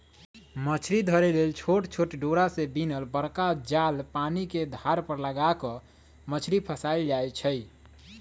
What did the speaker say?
मछरी धरे लेल छोट छोट डोरा से बिनल बरका जाल पानिके धार पर लगा कऽ मछरी फसायल जाइ छै